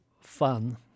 fun